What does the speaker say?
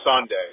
Sunday